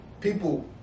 People